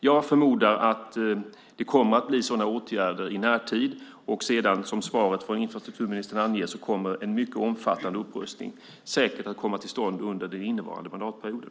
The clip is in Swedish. Jag förmodar att det kommer att vidtas sådana åtgärder i närtid, och sedan, som svaret från infrastrukturministern anger, kommer en mycket omfattande upprustning säkert att komma till stånd under den innevarande mandatperioden.